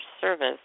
service